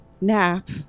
Nap